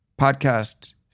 podcast